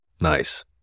Nice